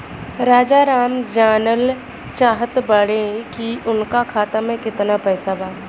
राजाराम जानल चाहत बड़े की उनका खाता में कितना पैसा बा?